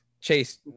Chase